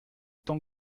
temps